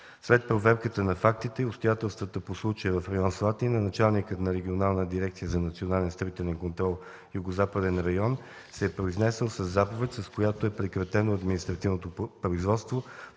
След проверката на фактите и обстоятелствата по случая в район „Слатина” началникът на Регионалната дирекция за национален строителен контрол – Югозападен район, се е произнесъл със заповед, с която е прекратено административното производство